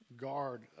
Guard